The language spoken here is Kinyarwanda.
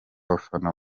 bafana